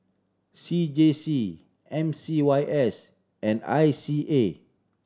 C J C M C Y S and I C A